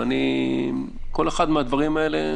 וכל אחד מהדברים האלה,